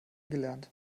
gelernt